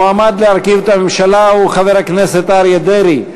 המועמד להרכיב את הממשלה הוא חבר הכנסת אריה דרעי.